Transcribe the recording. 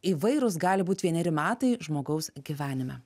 įvairūs gali būt vieneri metai žmogaus gyvenime